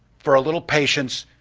for a little patience,